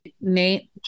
Nate